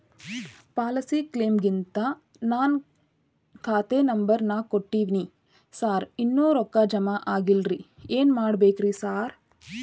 Policy ಕ್ಲೇಮಿಗಂತ ನಾನ್ ಖಾತೆ ನಂಬರ್ ನಾ ಕೊಟ್ಟಿವಿನಿ ಸಾರ್ ಇನ್ನೂ ರೊಕ್ಕ ಜಮಾ ಆಗಿಲ್ಲರಿ ಏನ್ ಮಾಡ್ಬೇಕ್ರಿ ಸಾರ್?